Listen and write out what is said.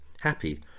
happy